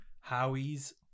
Howie's